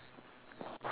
ya ya ya